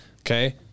Okay